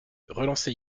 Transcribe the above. relancer